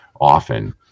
often